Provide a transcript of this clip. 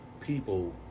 people